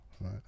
right